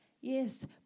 Yes